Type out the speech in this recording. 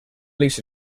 loose